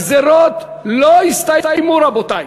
הגזירות לא הסתיימו, רבותי.